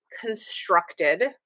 constructed